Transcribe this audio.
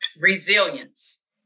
resilience